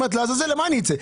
אומרת: למה אצא?